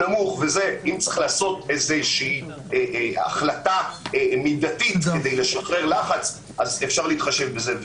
ואם צריך לעשות החלטה מידתית כדי לשחרר לחץ אז אפשר להתחשב בזה.